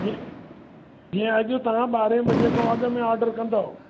जीअं जीअं अॼु तव्हां ॿारहें बजे खों अॻिमें ऑर्डर कंदओ